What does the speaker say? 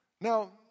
Now